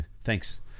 thanks